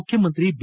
ಮುಖ್ಯಮಂತ್ರಿ ಬಿ